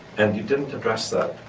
and you didn't address that,